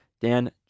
Dan